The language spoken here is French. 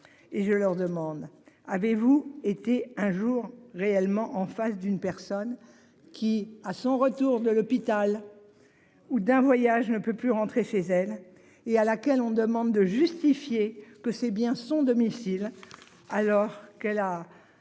et je leur demande, avez-vous été un jour réellement en face d'une personne qui, à son retour de l'hôpital. Ou d'un voyage ne peut plus rentrer chez elle et à laquelle on demande de justifier que c'est bien son domicile alors que là.